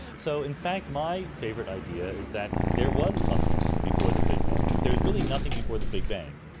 so in fact my favourite idea is that there was something before the big bang. if there's really nothing before the big bang.